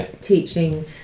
teaching